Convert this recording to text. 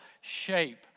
shape